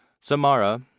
Samara